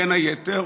בין היתר,